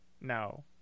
No